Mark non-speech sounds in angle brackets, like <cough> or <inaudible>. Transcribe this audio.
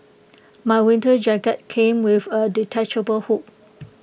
<noise> my winter jacket came with A detachable hood